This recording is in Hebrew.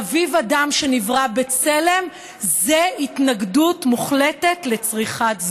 חביב אדם שנברא בצלם זה התנגדות מוחלטת לצריכת זנות.